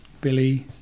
Billy